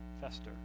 fester